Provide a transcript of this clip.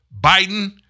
Biden